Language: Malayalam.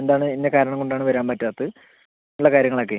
എന്താണ് ഇന്ന കാരണം കൊണ്ട് ആണ് വരാൻ പറ്റാത്തത് ഉള്ള കാര്യങ്ങളൊക്കെ